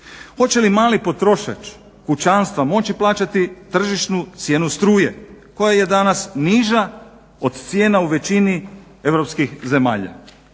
Hoće li mali potrošač kućanstva moći plaćati tržišnu cijenu struje koja je danas niža od cijena u većini europskih zemalja.